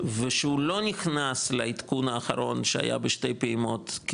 ושהוא לא נכנס לעדכון האחרון שהיה בשתי פעימות,